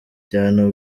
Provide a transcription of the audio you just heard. cyane